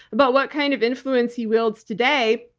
about what kind of influence he wields today.